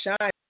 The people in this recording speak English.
shine